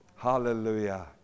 hallelujah